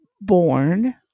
born